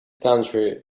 country